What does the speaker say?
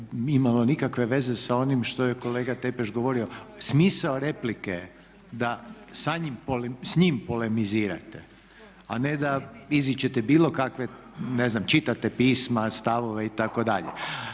imalo nikakve veze sa onim što je kolega Tepeš govorio. Smisao replike je da s njim polemizirate, a ne da izričite bilo kakve ne znam čitate pisma, stavove itd.